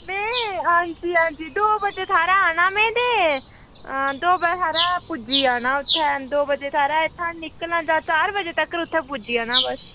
में हां जी हां जी दो बजे हारे औना में ते दो बजे हारे पुज्जी जाना उत्थै दो बजे हारे दा इत्थूं निकलना किन्ने चार बजे तक्कर पुज्जी जाना बस